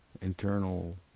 internal